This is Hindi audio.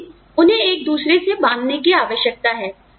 लेकिन उन्हें एक दूसरे से बांधने की आवश्यकता है